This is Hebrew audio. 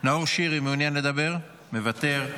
חבר הכנסת ולדימיר בליאק,